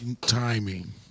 Timing